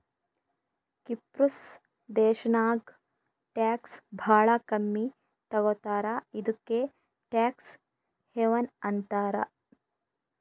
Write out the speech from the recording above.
ಕಿಪ್ರುಸ್ ದೇಶಾನಾಗ್ ಟ್ಯಾಕ್ಸ್ ಭಾಳ ಕಮ್ಮಿ ತಗೋತಾರ ಇದುಕೇ ಟ್ಯಾಕ್ಸ್ ಹೆವನ್ ಅಂತಾರ